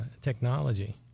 technology